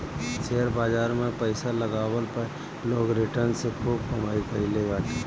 share बाजार में पईसा लगवला पअ लोग रिटर्न से खूब कमाई कईले बाटे